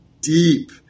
deep